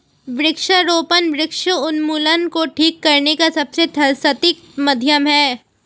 वृक्षारोपण वृक्ष उन्मूलन को ठीक करने का सबसे सटीक माध्यम है